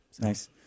Nice